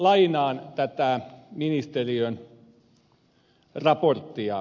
lainaan tätä ministeriön raporttia